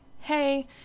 hey